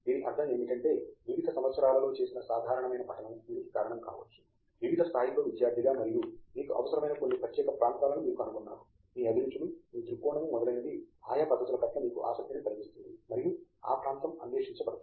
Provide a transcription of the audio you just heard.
దీని అర్ధం ఏమిటంటే వివిధ సంవత్సరాలలో చేసిన సాధారణమైన పఠనం దీనికి కారణం కావచ్చు వివిధ స్థాయిలలో విద్యార్ధిగా మరియు మీకు అవసరమైన కొన్ని ప్రత్యేక ప్రాంతాలను మీరు కనుగొన్నారు మీ అభిరుచులు మీ దృక్కోణము మొదలైనవి ఆయా పద్ధతుల పట్ల మీకు ఆసక్తిని కలిగిస్తుంది మరియు ఆ ప్రాంతం అన్వేషించబడుతుంది